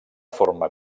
forma